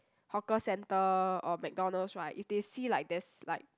hawker-centre or McDonald's right if they see like there's like